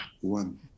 one